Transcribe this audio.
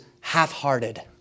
half-hearted